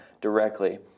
directly